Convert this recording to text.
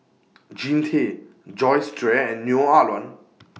Jean Tay Joyce Jue and Neo Ah Luan